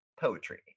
poetry